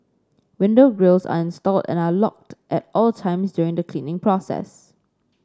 window grilles are installed and are locked at all times during the cleaning process